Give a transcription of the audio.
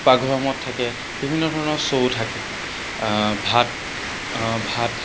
পাকঘৰসমূহত থাকে বিভিন্ন ধৰণৰ চৌ থাকে ভাত ভাত